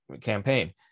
campaign